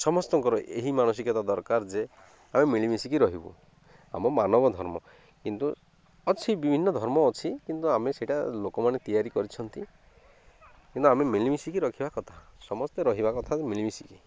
ସମସ୍ତଙ୍କର ଏହି ମାନସିକତା ଦରକାର ଯେ ଆମେ ମିଳିମିଶିକି ରହିବୁ ଆମ ମାନବ ଧର୍ମ କିନ୍ତୁ ଅଛି ବିଭିନ୍ନ ଧର୍ମ ଅଛି କିନ୍ତୁ ଆମେ ସେଇଟା ଲୋକମାନେ ତିଆରି କରିଛନ୍ତି କିନ୍ତୁ ଆମେ ମିଳିମିଶିକି ରଖିବା କଥା ସମସ୍ତେ ରହିବା କଥା ମିଳିମିଶିକି